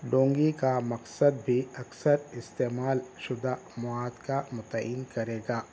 ڈونگی کا مقصد بھی اکثر استعمال شدہ مواد کا متعین کرے گا